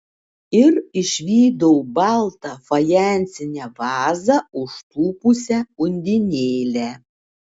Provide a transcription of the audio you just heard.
ir išvydau baltą fajansinę vazą užtūpusią undinėlę